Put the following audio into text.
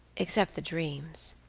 except the dreams.